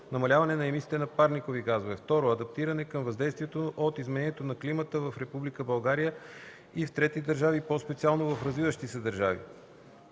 намаляване емисиите на парникови газове; 2. адаптиране към въздействието от изменението на климата в Република България и в трети държави, по-специално в развиващите се държави;